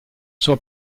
sua